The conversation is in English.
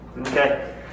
Okay